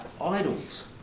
idols